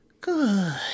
Good